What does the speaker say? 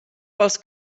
pels